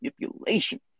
manipulation